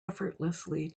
effortlessly